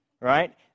right